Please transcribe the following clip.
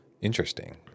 Interesting